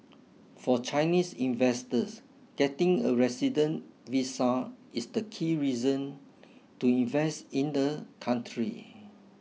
for Chinese investors getting a resident visa is the key reason to invest in the country